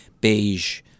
beige